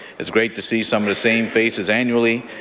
it's great to see some of the same faces annually,